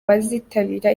bazitabira